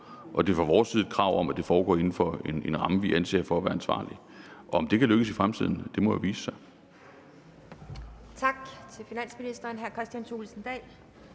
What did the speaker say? om, og fra vores side er der et krav om, at det foregår inden for en ramme, vi anser for at være ansvarlig. Om det kan lykkes i fremtiden, må jo vise sig.